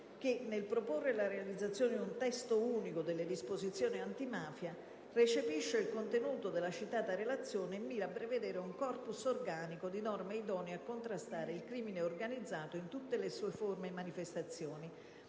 che, nel proporre la realizzazione di un Testo unico delle disposizioni antimafia, recepisce il contenuto della citata relazione e mira a prevedere un *corpus* organico di norme idonee a contrastare il crimine organizzato in tutte le sue forme e manifestazioni,